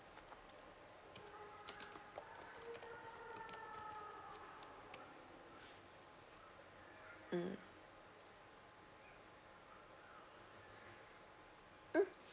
mm mm